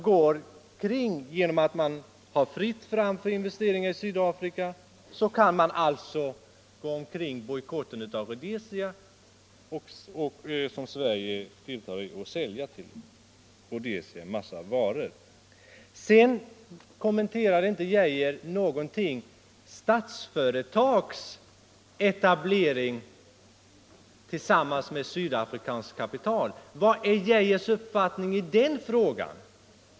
Genom att man har fritt fram för investeringar i Sydafrika kan man alltså kringgå bojkotten och sälja en massa varor till Rhodesia. Herr Geijer kommenterar inte alls Statsföretags etablering tillsammans med sydafrikanskt kapital. Vilken är hans uppfattning i frågan?